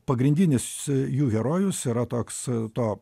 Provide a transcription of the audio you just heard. pagrindinis jų herojus yra toks to